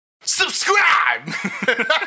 Subscribe